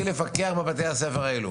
פיקוח בבתי הספר האלה.